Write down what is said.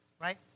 right